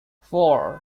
four